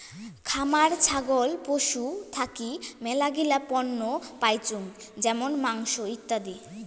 খামার ছাগল পশু থাকি মেলাগিলা পণ্য পাইচুঙ যেমন মাংস, ইত্যাদি